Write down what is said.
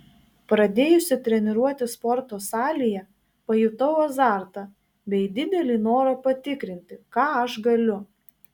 pradėjusi treniruotis sporto salėje pajutau azartą bei didelį norą patikrinti ką aš galiu